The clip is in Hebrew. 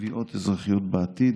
תביעות אזרחיות בעתיד,